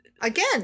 Again